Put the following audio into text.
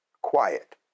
quiet